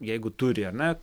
jeigu turi ar ne